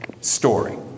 story